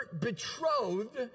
betrothed